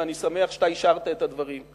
ואני שמח שאתה אישרת את הדברים.